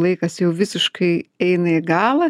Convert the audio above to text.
laikas jau visiškai eina į galą